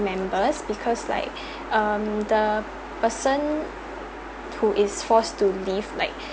members because like um the person who is forced to live like